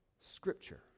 Scripture